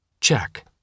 check